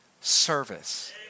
service